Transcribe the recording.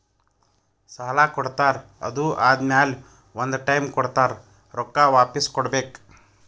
ಸಾಲಾ ಕೊಡ್ತಾರ್ ಅದು ಆದಮ್ಯಾಲ ಒಂದ್ ಟೈಮ್ ಕೊಡ್ತಾರ್ ರೊಕ್ಕಾ ವಾಪಿಸ್ ಕೊಡ್ಬೇಕ್